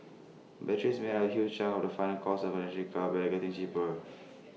batteries make up A huge chunk of the final cost of an electric car but they are getting cheaper